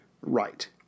Right